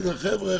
חבר'ה,